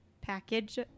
package